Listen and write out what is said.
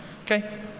okay